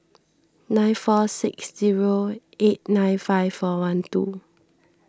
nine four six zero eight nine five four one two